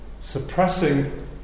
suppressing